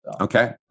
Okay